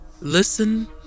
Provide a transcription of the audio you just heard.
Listen